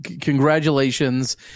congratulations